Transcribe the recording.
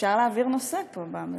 אפשר להעביר נושא פה במליאה.